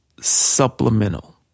supplemental